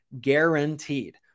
guaranteed